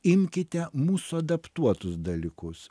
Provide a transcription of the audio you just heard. imkite mūsų adaptuotus dalykus